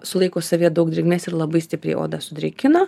sulaiko savyje daug drėgmės ir labai stipriai odą sudrėkina